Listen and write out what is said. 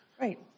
Right